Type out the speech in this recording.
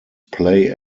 play